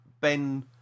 Ben